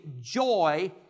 joy